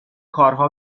کارها